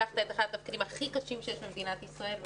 לקחת את אחד התפקידים הכי קשים שיש במדינת ישראל.